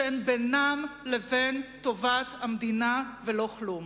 שאין בינם לבין טובת המדינה ולא כלום.